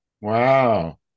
wow